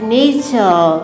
nature